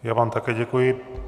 Já vám také děkuji.